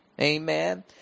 Amen